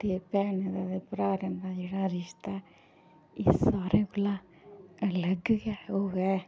ते भैने दा ते भ्राऽ कन्नै जेह्ड़ा रिश्ता ऐ एह् सारें कोला अलग गै होऐ